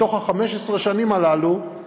מתוך 15 השנים הללו,